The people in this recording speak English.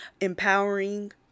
empowering